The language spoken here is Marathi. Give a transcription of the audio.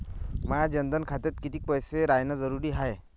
माया जनधन खात्यात कितीक पैसे रायन जरुरी हाय?